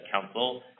council